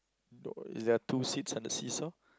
is there two seats on the see-saw